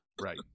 right